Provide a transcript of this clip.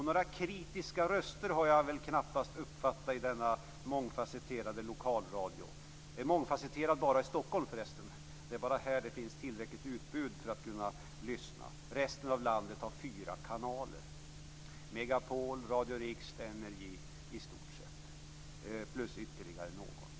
Några kritiska röster har jag väl knappast uppfattat i denna mångfasetterade lokalradio - mångfasetterad bara i Stockholm för resten. Det är bara här det finns tillräckligt utbud, resten av landet har fyra kanaler: Megapol, Radio Rix, NRJ plus ytterligare någon.